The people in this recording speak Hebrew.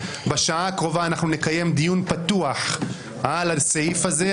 בשעה הקרובה נקיים דיון פתוח על הסעיף הזה,